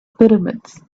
pyramids